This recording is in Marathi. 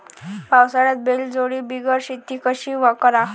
पावसाळ्यात बैलजोडी बिगर शेती कशी कराव?